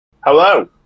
hello